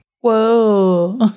Whoa